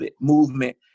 movement